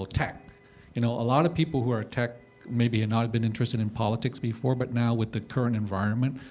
tech you know a lot of people who are tech maybe have not have been interested in politics before. but now, with the current environment,